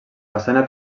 façana